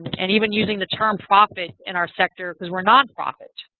and even using the term profit in our sector, because we're nonprofit.